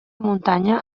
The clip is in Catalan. muntanya